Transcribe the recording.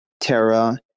Terra